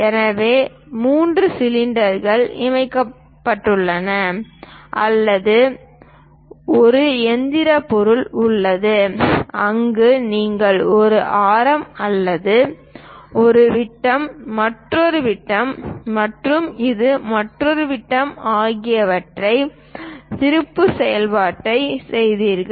எனவே மூன்று சிலிண்டர்கள் இணைக்கப்பட்டுள்ளன அல்லது ஒரு இயந்திர பொருள் உள்ளது அங்கு நீங்கள் ஒரு ஆரம் அல்லது ஒரு விட்டம் மற்றொரு விட்டம் மற்றும் இது மற்றொரு விட்டம் ஆகியவற்றின் திருப்பு செயல்பாட்டைச் செய்தீர்கள்